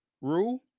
rule